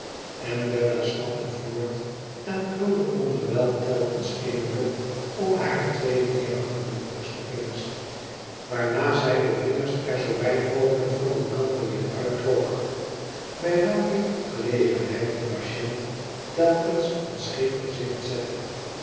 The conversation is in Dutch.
en bella snapte voort en krolde onderwijl telkens eene lok om hare twee neerhangende voorste vingers waarna zij de vingers er zoo wijd mogelijk van elkander weder uittrok bij welke gelegenheid de patiënt telkens een scheef gezicht zette